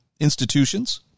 institutions